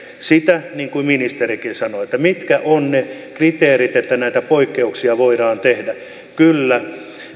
sitä niin kuin ministerikin sanoi että mitkä ovat ne kriteerit että näitä poikkeuksia voidaan tehdä kyllä